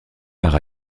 par